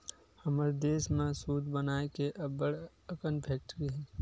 हमर देस म सूत बनाए के अब्बड़ अकन फेकटरी हे